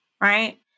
right